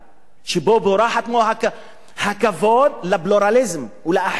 שבו פורח הכבוד לפלורליזם ולאחר.